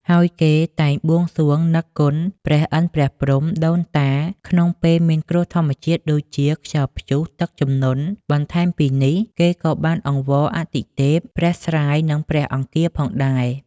ហើយគេតែងបួងសួងនឹកគុណព្រះឥន្ទ ព្រះព្រហ្ម ដូនតា ក្នុងពេលមានគ្រោះធម្មជាតិដូចជាខ្យល់ព្យុះ ទឹកជំនន់ បន្ថែមពីនេះគេក៏បានអង្វរអាទិទេព ព្រះស្រាយ និងព្រះអង្គារផងដែរ។